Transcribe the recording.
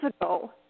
ago